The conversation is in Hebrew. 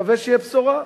נקווה שתהיה בשורה.